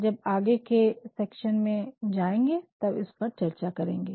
जब आगे के सेक्शन में जायेंगे तब इस पर चर्चा करेंगे